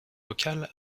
vocale